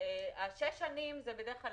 השש שנים זה בדרך כלל